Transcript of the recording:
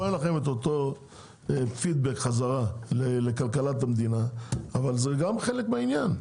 פה אין לכם את אותו פידבק חזרה לכלכלת המדינה אבל זה גם חלק מהעניין.